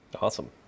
Awesome